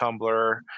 Tumblr